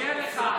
שיהיה לך,